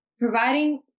providing